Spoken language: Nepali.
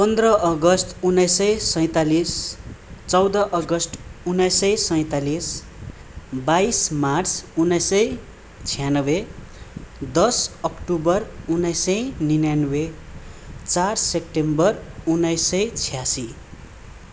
पन्ध्र अगस्ट उन्नाइस सय सैतालिस चौध अगस्ट उन्नाइस सय सैतालिस बाइस मार्च उन्नाइस सय छ्यानब्बे दस अक्टोबर उन्नाइस सय निन्यान्ब्बे चार सेप्टेम्बर उन्नाइस सय छ्यासी